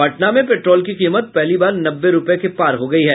पटना में पेट्रोल की कीमत पहली बार नब्बे के पार हो गयी है